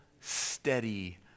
steady